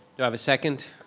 do i have a second?